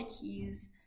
keys